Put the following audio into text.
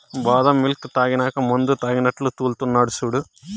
బాదం మిల్క్ తాగినాక మందుతాగినట్లు తూల్తున్నడు సూడు